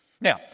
Now